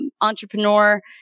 entrepreneur